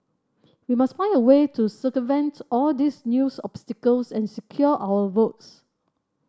we must find a way to circumvent all these new obstacles and secure our votes